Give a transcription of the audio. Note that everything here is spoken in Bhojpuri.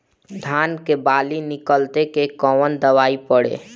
धान के बाली निकलते के कवन दवाई पढ़े?